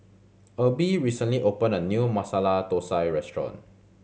Erby recently opened a new Masala Thosai restaurant